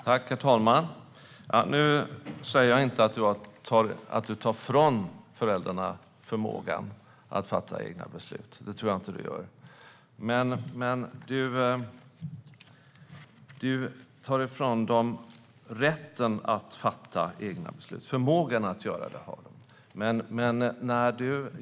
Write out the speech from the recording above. Herr talman! Nu säger jag inte att Wiwi-Anne Johansson tar ifrån föräldrarna förmågan att fatta egna beslut. Det tror jag inte att hon gör. Men hon tar ifrån dem rätten att fatta egna beslut. Förmågan att göra det har de.